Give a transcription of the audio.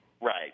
Right